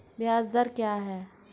ब्याज दर क्या है?